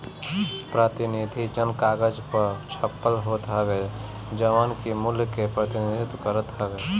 प्रतिनिधि धन कागज पअ छपल होत हवे जवन की मूल्य के प्रतिनिधित्व करत हवे